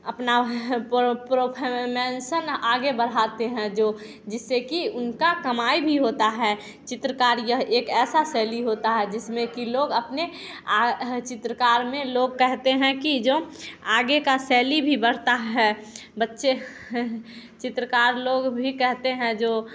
अपना प्रो प्रो मेंशन आगे बढ़ाते है जो जिससे की उनका कमाई भी होता है चित्रकारी यह एक ऐसा शैली होता है जिसमे की लोग अपने चित्रकार में लोग कहते है कि जो आगे का शैली भी बढ़ता है बच्चे चित्रकार लोग भी कहते है जो